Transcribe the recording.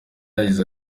yagize